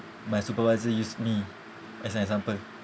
my supervisor use me as an example